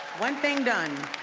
one thing done.